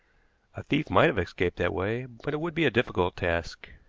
a thief might have escaped that way, but it would be a difficult task.